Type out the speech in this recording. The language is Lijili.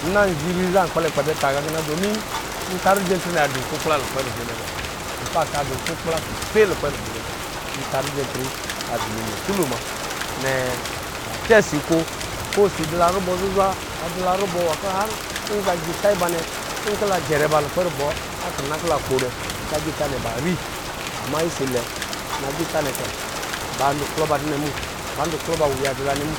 Nna ziri zaa nkpɛlɛ kpɛ bɛ tā gakɔ na domi nta rije antri nɛ adɔn iku kpla lukpɛ ribli bɔ infakt a dɔn ikukpla suseyi lukpɛ ribli mɛ bɔ nnɛ la cɛ si ko kɔ si dɔ la rubɔ nwa zuzwa adula rubɔ har nwa kɔ nzagita ibanɛ, nkɔ la jɛrɛ ba lukpɛ rubɔ a kina kɔ la dɔ kpo nɛ ba ri ama isilɛ nɛ kɛ ba du klɔ ba tɔ nɛ mu ba du kplɔ ba wuya dɔ la nɛ mu.